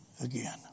again